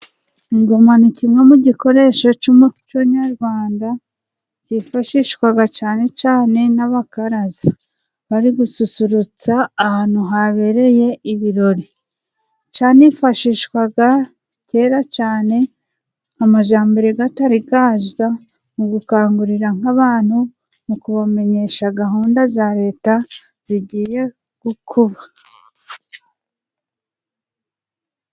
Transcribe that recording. Ingoma ni kimwe mu gikoresho cy'umuco nyarwanda, cyifashishwaga cyane cyane n'abakaraza bari gususurutsa ahantu habereye ibirori. Cyanifashishwaga kera cyane amajyambere atari yaza, mu gukangurira nk'abantu mu kubamenyesha gahunda za leta zigiye gukorwa.